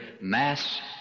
mass